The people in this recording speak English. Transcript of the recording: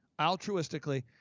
altruistically